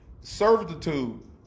servitude